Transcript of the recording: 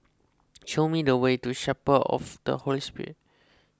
show me the way to Chapel of the Holy Spirit